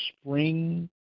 spring